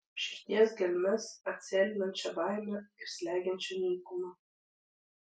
širdies gelmes atsėlinančią baimę ir slegiančią nykumą